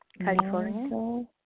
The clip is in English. California